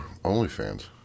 OnlyFans